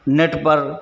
net पर